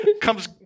comes